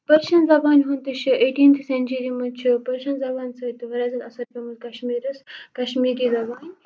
Persian زبانہِ ہُند تہِ چھُ ایٹیٖنتھٕ سٮ۪نچُری مَنز چھُ پٔرشِیَن زبانہِ سۭتۍ واریاہ زیادٕ اثر پیومُت کشمیرَس کشمیری زبانہِ